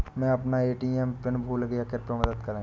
मै अपना ए.टी.एम का पिन भूल गया कृपया मदद करें